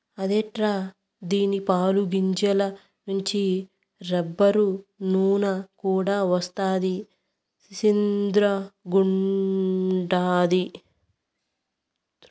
అదెట్టా దీని పాలు, గింజల నుంచి రబ్బరు, నూన కూడా వస్తదా సిత్రంగుండాది